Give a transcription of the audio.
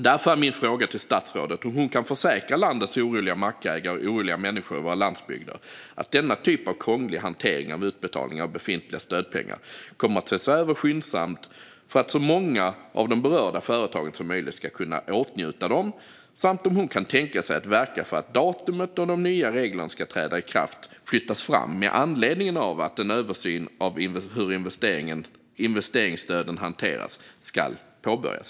Därför är min fråga till statsrådet om hon kan försäkra landets oroliga mackägare och oroliga människor på våra landsbygder att denna typ av krånglig hantering av utbetalningar av befintliga stödpengar kommer att ses över skyndsamt för att så många som möjligt av de berörda företagen ska kunna åtnjuta dem samt om hon kan tänka sig att verka för att datumet då de nya reglerna ska träda i kraft flyttas fram med anledning av att en översyn av hur investeringsstöden hanteras ska påbörjas.